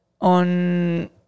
on